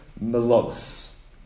melos